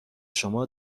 شما